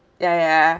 ya ya ya ya